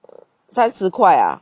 三十块啊